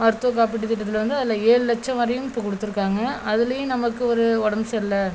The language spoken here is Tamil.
மருத்துவ காப்பீட்டு திட்டத்தில் வந்து அதில் ஏழு லட்சம் வரையும் இப்போ கொடுத்துருக்காங்க அதுலேயும் நமக்கு ஒரு உடம்பு சரில்லை